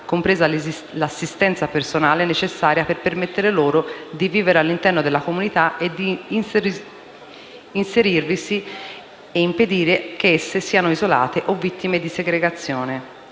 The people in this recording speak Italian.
compresa l'assistenza personale necessaria per permettere loro di vivere all'interno della comunità e di inserirvisi e impedire che esse siano isolate o vittime di segregazione.